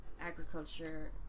agriculture